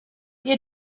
ihr